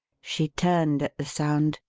she turned at the sound,